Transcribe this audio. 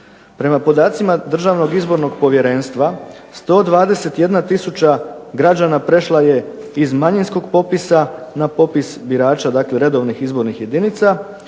povjerenstva 121 tisuća građana prešla je iz manjinskog popisa na popis birača redovnih izbornih jedinica